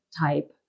type